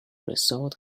resort